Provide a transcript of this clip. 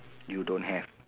you don't have